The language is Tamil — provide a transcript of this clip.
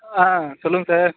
ஆ சொல்லுங்கள் சார்